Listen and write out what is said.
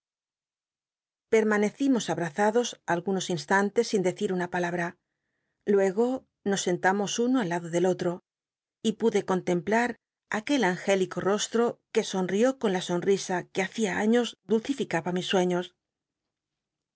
permanecimos abmzados algunos instan tes sin decir una palabra luego rros sentamos un o aliado del otro y pude contemp lar aquel angélico rostro que sonl'ió con la sonl'isa que hacia aíios dulcificaba mis sueiios